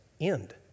end